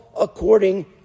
according